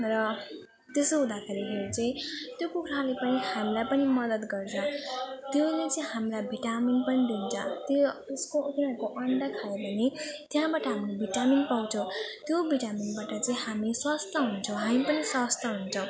र त्यसो हुँदाखेरि चाहिँ त्यो कुखुराले पनि हामीलाई पनि मदत गर्छ त्यसले चाहिँ हामीलाई भिटामिन पनि दिन्छ त्यो उसको तिनीहरूको अन्डा खायो भने त्यहाँबाट हामी भिटामिन पाउँछौँ त्यो भिटामिनबाट चाहिँ हामी स्वास्थ्य हुन्छौँ हामी पनि स्वास्थ्य हुन्छौँ